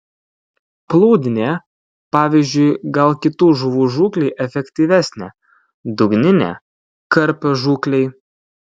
plūdinė pavyzdžiui gal kitų žuvų žūklei efektyvesnė dugninė karpio žūklei